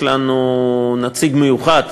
יש לנו נציג מיוחד